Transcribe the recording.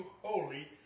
holy